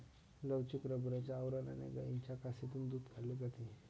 लवचिक रबराच्या आवरणाने गायींच्या कासेतून दूध काढले जाते